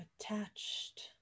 attached